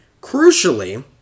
Crucially